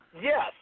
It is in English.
yes